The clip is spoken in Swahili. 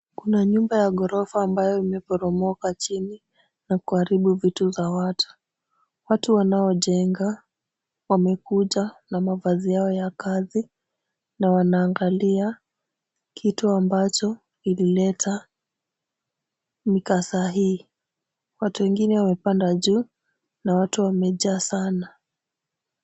Kuna nyumba ya ghorofa ambayo imeporomoka chini na kuharibu vitu za watu. Watu wanaojenga wamekuja na mavazi yao ya kazi na wanaangalia kitu ambacho ilileta mikasa hii. Watu wengine wamepanda juu na watu wamejaa sana.